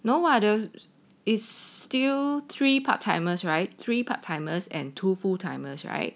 no other is still three part timers right three part timers and two full timers right